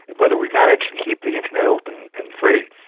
whether we manage to keep the internet open and free,